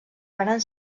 varen